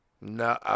No